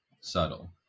subtle